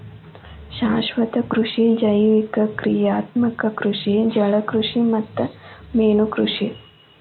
ಶಾಶ್ವತ ಕೃಷಿ ಜೈವಿಕ ಕ್ರಿಯಾತ್ಮಕ ಕೃಷಿ ಜಲಕೃಷಿ ಮತ್ತ ಮೇನುಕೃಷಿ